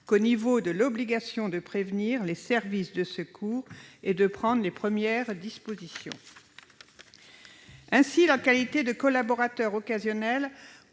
et pénale que l'obligation de prévenir les services de secours et de prendre les premières dispositions. Ainsi, la qualité de collaborateur occasionnel